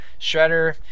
Shredder